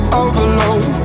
overload